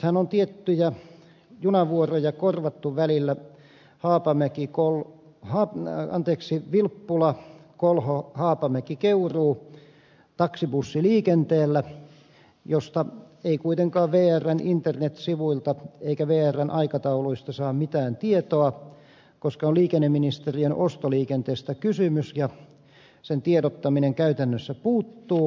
nythän on tiettyjä junavuoroja korvattu välillä otanmäkikolla hagnään anteeksi vilppula kolho haapamäki vilppulakolhohaapamäkikeuruu taksibussiliikenteellä josta ei kuitenkaan vrn internetsivuilta eikä vrn aikatauluista saa mitään tietoa koska on liikenneministeriön ostoliikenteestä kysymys ja sen tiedottaminen käytännössä puuttuu